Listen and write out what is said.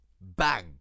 Bang